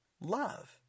love